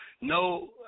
No